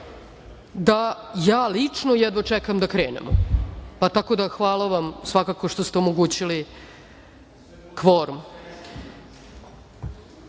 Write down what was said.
da ja lično jedva čekam da krenemo. Tako da, hvala vam svakako što ste omogućili kvorum. Da